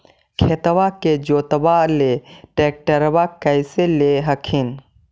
खेतबा के जोतयबा ले ट्रैक्टरबा कैसे ले हखिन?